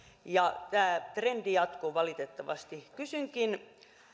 ja tämä trendi jatkuu valitettavasti kysynkin